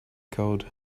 coat